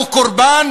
ח'יר חמדאן הוא קורבן